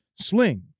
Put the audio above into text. Sling